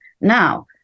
Now